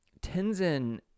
Tenzin